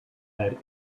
had